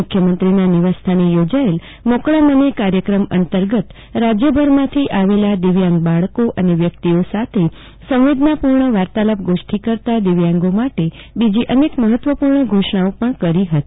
મુખ્યમંત્રીના નિવાસસ્થાને યોજાયેલા મોકળા મને અંતર્ગત રાજયભરમાંથી આવેલ દિવ્યાંગ બાળકો વ્યક્તિઓ સાથે સંવેદનાપૂર્ણ વાર્તાલાપ ગોષ્ઠી કરતા દિવ્યાંગો માટે બીજી અનેક મહત્વપૂર્ણ ઘોષણાઓ પણ કરી હતી